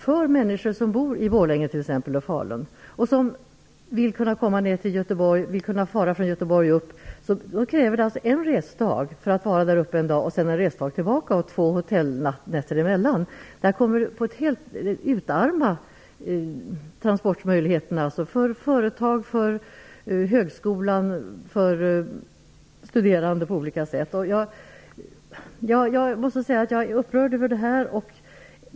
För människor som reser från Borlänge eller Falun ner till Göteborg, krävs en resdag för en dags vistelse i Göteborg sedan en resdag tillbaka, inkl.två hotellnätter. Det här kommer att utarma transportmöjligheterna för företag, högskolan, studerande osv. Jag är upprörd.